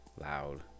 loud